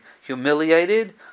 humiliated